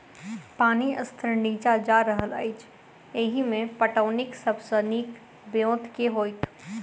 पानि स्तर नीचा जा रहल अछि, एहिमे पटौनीक सब सऽ नीक ब्योंत केँ होइत?